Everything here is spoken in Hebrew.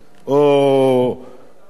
או על חוף-ים,